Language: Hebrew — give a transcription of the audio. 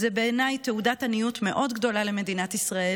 זו בעיניי תעודת עניות מאוד גדולה למדינת ישראל,